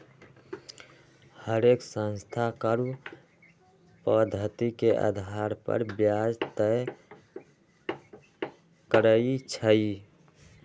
हरेक संस्था कर्व पधति के अधार पर ब्याज तए करई छई